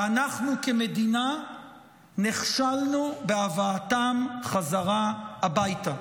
ואנחנו כמדינה נכשלנו בהבאתם חזרה הביתה.